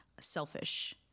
selfish